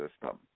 system